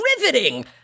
Riveting